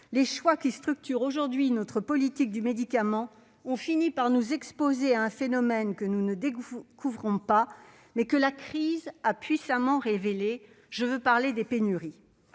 les choix qui structurent aujourd'hui notre politique du médicament ont fini par nous exposer à un phénomène que nous ne découvrons pas, mais que la crise a puissamment révélé, à savoir les pénuries.